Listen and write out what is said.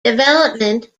development